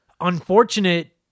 unfortunate